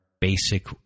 basic